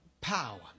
Power